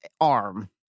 arm